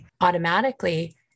automatically